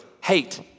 Hate